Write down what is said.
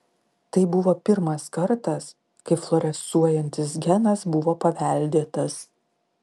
tai buvo pirmas kartas kai fluorescuojantis genas buvo paveldėtas